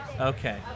Okay